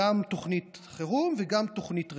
גם תוכנית חירום וגם תוכנית רחבה,